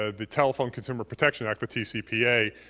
ah the telephone consumer protection act, the tcpa,